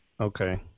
Okay